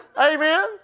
Amen